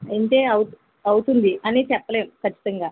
ఇంతే అవు అవుతుంది అని చెప్పలేము ఖచ్చితంగా